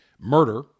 murder